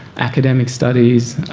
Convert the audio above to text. academic studies